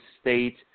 State